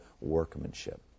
workmanship